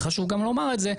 וחשוב גם לומר את זה,